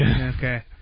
okay